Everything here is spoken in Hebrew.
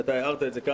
ואתה הערת את זה,